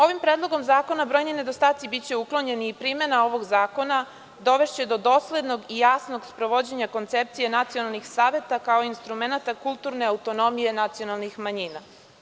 Ovim Predlogom zakona brojni nedostaci biće uklonjeni i primena ovog zakona dovešće do doslednog i jasnog sprovođenja koncepcije nacionalnih saveta kao instrumenata kulturne autonomije nacionalnih manjina.